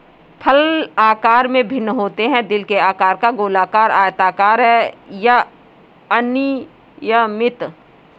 फल आकार में भिन्न होते हैं, दिल के आकार का, गोलाकार, आयताकार या अनियमित